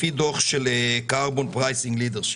לפי דוח של Carbon Pricing Leadership,